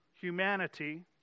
humanity